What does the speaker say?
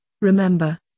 Remember